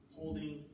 holding